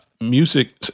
music